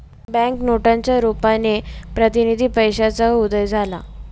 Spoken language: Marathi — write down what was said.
बँक नोटांच्या रुपाने प्रतिनिधी पैशाचा उदय झाला